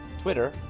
Twitter